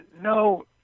no